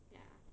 ya